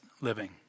living